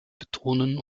betonen